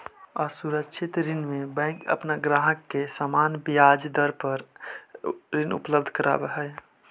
असुरक्षित ऋण में बैंक अपन ग्राहक के सामान्य ब्याज दर पर ऋण उपलब्ध करावऽ हइ